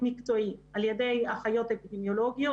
מקצועי על ידי אחיות אפידמיולוגיות.